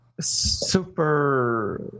super